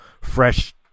fresh